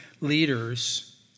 leaders